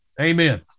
amen